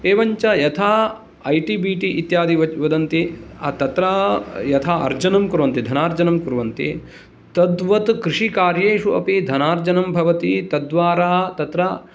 एवञ्च यथा I T B T इत्यादि वदन्ति तत्र यथा अर्जनं कुर्वन्ति धनार्जनं कुर्वन्ति तद्वत् कृषिकार्येषु अपि धनार्जनं भवति तद्वारा तत्र